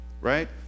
right